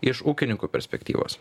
iš ūkininkų perspektyvos